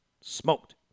Smoked